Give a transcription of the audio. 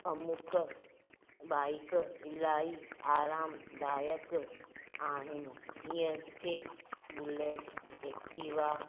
अमुक बाइक इलाही आरामदाइकु आहिनि जीअं कि बुलेट एक्टिवा